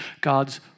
God's